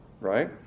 right